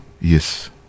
Yes